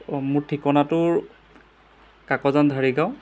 অঁ মোৰ ঠিকনাটোৰ কাকজান ঢাৰিগাঁও